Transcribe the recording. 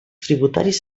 tributaris